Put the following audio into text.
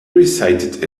recited